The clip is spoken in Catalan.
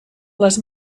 les